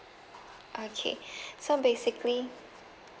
okay so basically